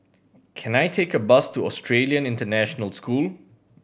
can I take a bus to Australian International School